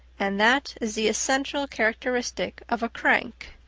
and that is the essential characteristic of a crank,